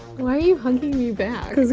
why are you hugging me back?